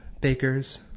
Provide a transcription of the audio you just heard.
bakers